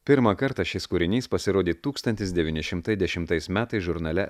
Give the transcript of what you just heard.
pirmą kartą šis kūrinys pasirodė tūkstantis devyni šimtai dešimtais metais žurnale